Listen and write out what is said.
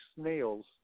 snails